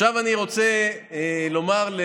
עכשיו אני רוצה לומר,